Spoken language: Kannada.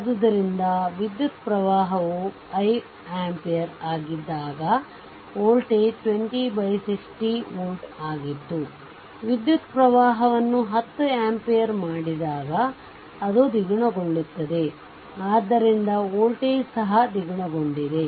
ಆದ್ದರಿಂದ ವಿದ್ಯುತ್ ಪ್ರವಾಹವು 5 ಆಂಪಿಯರ್ ಆಗಿದ್ದಾಗ ವೋಲ್ಟೇಜ್ 20 60 ವೋಲ್ಟ್ ಆಗಿತ್ತು ವಿದ್ಯುತ್ ಪ್ರವಾಹವನ್ನು 10 ಆಂಪಿಯರ್ ಮಾಡಿದಾಗ ಅದು ದ್ವಿಗುಣಗೊಳ್ಳುತ್ತದೆ ಆದ್ದರಿಂದ ವೋಲ್ಟೇಜ್ ಸಹ ದ್ವಿಗುಣಗೊಂಡಿದೆ